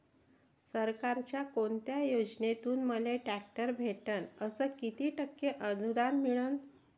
सरकारच्या कोनत्या योजनेतून मले ट्रॅक्टर भेटन अस किती टक्के अनुदान मिळन?